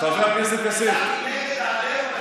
נגד העליהום,